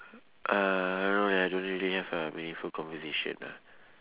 uh I don't know leh I don't really have a meaningful conversation ah